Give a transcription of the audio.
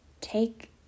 take